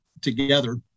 together